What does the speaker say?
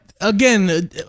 Again